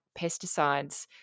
pesticides